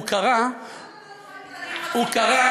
הוא קרא,